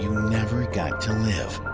never got to live?